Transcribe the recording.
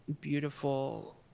beautiful